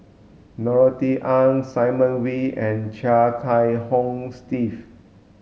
Norothy Ng Simon Wee and Chia Kiah Hong Steve